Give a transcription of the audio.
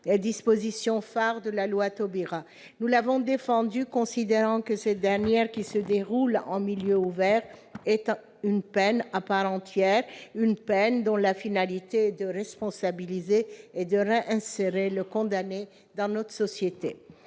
disposition phare de la loi Taubira. Nous l'avons défendue, considérant que cette mesure, qui se déroule en milieu ouvert, est une peine à part entière, une peine dont la finalité est de responsabiliser et de réinsérer le condamné dans notre société.